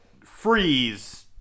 freeze